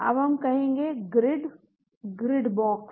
अब हम कहेंगे ग्रिड ग्रिड बॉक्स